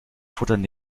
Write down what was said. futtern